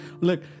Look